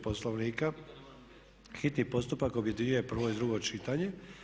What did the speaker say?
Poslovnika hitni postupak objedinjuje prvo i drugo čitanja.